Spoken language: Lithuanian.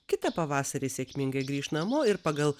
kitą pavasarį sėkmingai grįš namo ir pagal